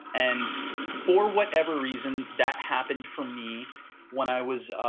and for whatever reason that happen for me when i was